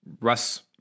Russ